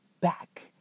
back